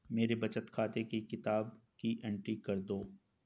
मेरे बचत खाते की किताब की एंट्री कर दो?